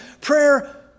Prayer